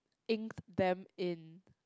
ink them in